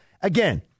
Again